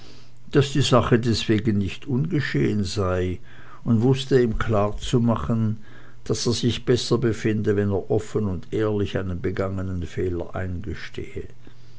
daß die sache deswegen nicht ungeschehen sei und wußte ihm klarzumachen daß er sich besser befinde wenn er offen und ehrlich einen begangenen fehler eingestehe